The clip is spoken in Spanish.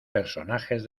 personajes